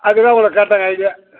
அதுக்கு தான் உங்களை கேட்டேங்க ஐடியா